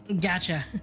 Gotcha